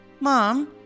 Mom